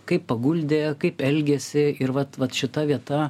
kaip paguldė kaip elgiasi ir vat vat šita vieta